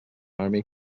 army